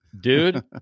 dude